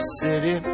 city